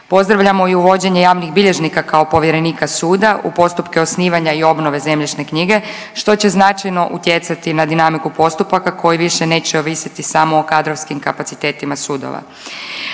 Pozdravljamo i uvođenje javnih bilježnika kao povjerenika suda u postupke osnivanja i obnove zemljišne knjige, što će značajno utjecati na dinamiku postupaka koji više neće ovisiti samo o kadrovskim kapacitetima sudova.